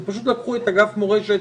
אז פשוט לקחו את אגף מורשת